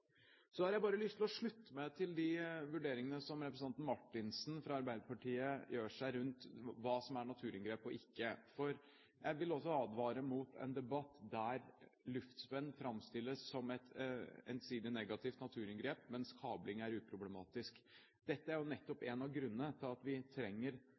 Så har jeg lyst til å slutte meg til de vurderingene som representanten Marthinsen fra Arbeiderpartiet gjør rundt hva som er naturinngrep og ikke. For jeg vil også advare mot en debatt der luftspenn framstilles som et ensidig negativt naturinngrep, mens kabling er uproblematisk. Dette er jo nettopp en av grunnene til at vi trenger